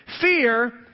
fear